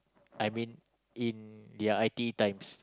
I mean in their I_T_E times